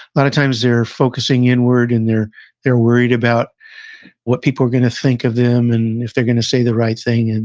lot of times, they're focusing inward and they're they're worried about what people are going to think of them, and if they're going to say the right thing, and